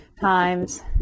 times